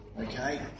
Okay